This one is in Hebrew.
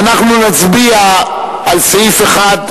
ואנחנו נצביע על סעיף 1,